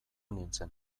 nintzen